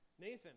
Nathan